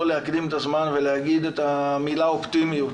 לא להקדים את הזמן ולהגיד את המילה אופטימיות,